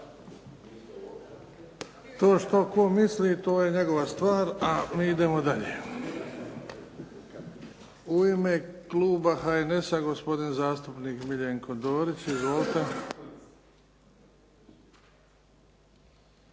To što tko misli, to je njegova stvar, a mi idemo dalje. U ime Kluba HNS-a, gospodin zastupnik Miljenko Dorić, izvolite.